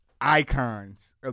icons